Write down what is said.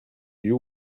you